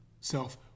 self